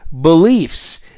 beliefs